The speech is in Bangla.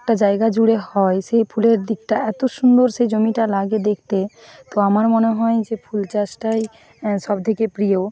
একটা জায়গা জুড়ে হয় সে ফুলের দিকটা এত সুন্দর সেই জমিটা লাগে দেখতে তো আমার মনে হয় যে ফুল চাষটাই সবথেকে প্রিয়